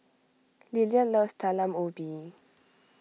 Lilia loves Talam Ubi